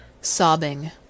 sobbing